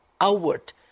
outward